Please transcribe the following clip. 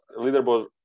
leaderboard